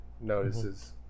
notices